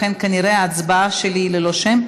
לכן כנראה ההצבעה שלי היא ללא שם,